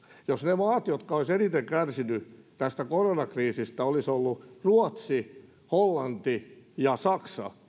jos ne maat jotka olisivat eniten kärsineet tästä koronakriisistä olisivat olleet ruotsi hollanti ja saksa